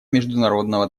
международного